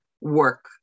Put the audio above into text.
work